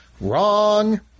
wrong